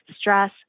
stress